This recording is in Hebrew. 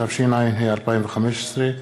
התשע"ה 2015,